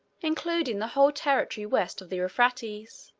including the whole territory west of the euphrates.